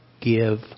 give